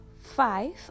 five